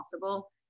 possible